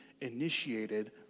initiated